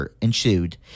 ensued